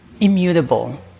immutable